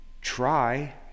try